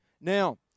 now